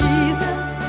Jesus